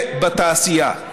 ובתעשייה.